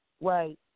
Right